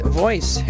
voice